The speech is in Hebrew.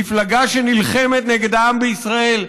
מפלגה שנלחמת נגד העם בישראל,